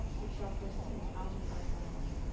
which shall proceed out of thy bowels,